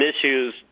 issues